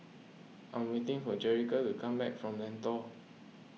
I'm waiting for Jerrica to come back from Lentor